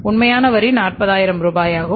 உண்மையான வரி 40000 ரூபாயாகும்